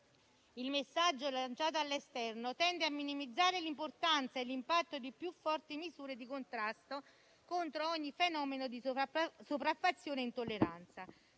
il messaggio lanciato all'esterno, tende a minimizzare l'importanza e l'impatto di più forti misure di contrasto contro ogni fenomeno di sopraffazione e intolleranza.